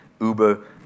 Uber